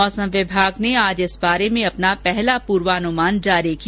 मौसम विभाग ने आज इस बारे में अपना पहला पूर्वानुमान जारी किया